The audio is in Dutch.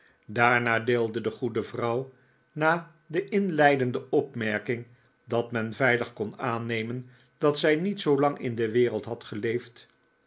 daarna deelde de goede vrouw na de inleidende opmerking dat men veilig kon aannemen dat zij niet zoolang in de wereld had geleefd